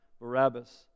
Barabbas